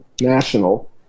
national